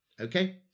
Okay